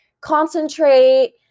concentrate